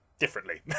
Differently